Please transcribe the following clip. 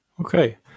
Okay